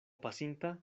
pasinta